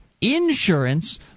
insurance